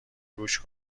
گوش